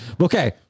Okay